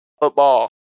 football